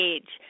Age